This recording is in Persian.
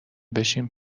بشیم